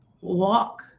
Walk